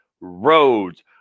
roads